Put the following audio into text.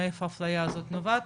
מאיפה האפיליה הזאת נובעת.